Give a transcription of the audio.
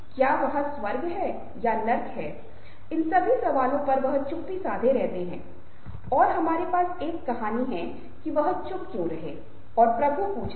चेहरे का एक पक्ष इन भावनाओं को चेहरे के दूसरे पक्ष की तुलना में थोड़ा अधिक डिग्री तक व्यक्त करता है